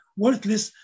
worthless